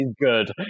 good